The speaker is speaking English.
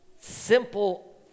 simple